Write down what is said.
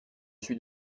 suis